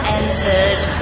entered